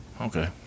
Okay